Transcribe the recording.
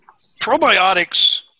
Probiotics